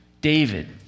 David